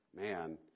Man